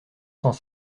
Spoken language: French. sans